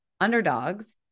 underdogs